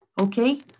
Okay